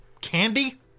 candy